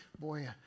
boy